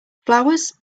flowers